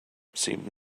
seemed